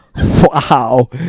wow